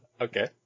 Okay